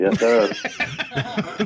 Yes